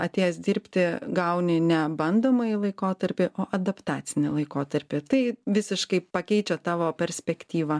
atėjęs dirbti gauni ne bandomąjį laikotarpį o adaptacinį laikotarpį tai visiškai pakeičia tavo perspektyvą